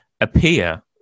appear